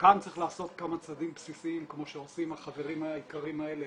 וכאן צריך לעשות כמה צעדים בסיסיים כמו שעושים החברים היקרים האלה,